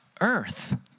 earth